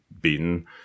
beaten